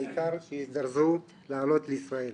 העיקר שיזדרזו לעלות לישראל.